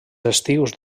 estius